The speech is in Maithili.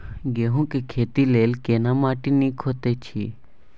गेहूँ के खेती लेल केना माटी नीक होयत अछि?